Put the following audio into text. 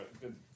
good